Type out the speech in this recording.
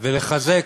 ולחזק